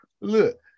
Look